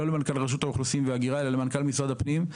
לא למנכ"ל רשות האוכלוסין וההגירה אלא למנכ"ל משרד הפנים,